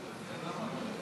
נגד.